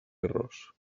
arròs